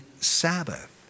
Sabbath